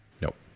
Nope